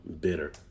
bitter